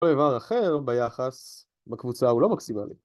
‫כל איבר אחר ביחס בקבוצה ‫הוא לא מקסימלי.